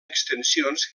extensions